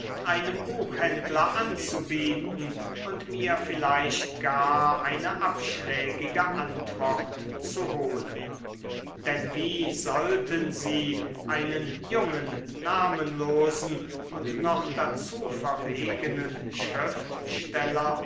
einem buchhändler anzubieten und mir vielleicht gar eine abschlägige antwort zu holen denn wie sollten sie einen jungen namenlosen und noch dazu verwegenen schriftsteller